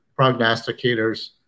prognosticators